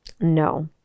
no